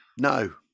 No